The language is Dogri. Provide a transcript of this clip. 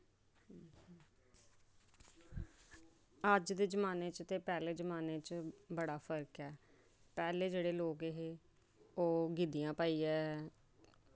अज्ज दे जमान्ने च ते पैह्लें दे जमान्ने च बड़ा फर्क ऐ पैह्लें जेह्ड़े लोग हे ओह् गिद्धियां पाइयै